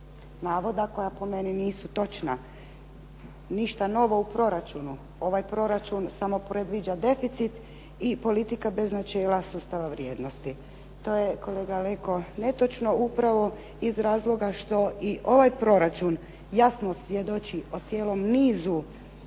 navoda koja po meni nisu točna. Ništa novo u proračunu, ovaj proračun samo predviđa deficit i politika bez načela sustava vrijednosti. To je kolega Leko netočno upravo iz razloga što i ovaj proračun jasno svjedoči o cijelom nizu